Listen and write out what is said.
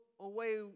away